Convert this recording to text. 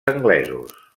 anglesos